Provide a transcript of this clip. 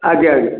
ଆଜ୍ଞା ଆଜ୍ଞା